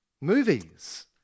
Movies